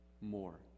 more